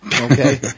Okay